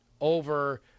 over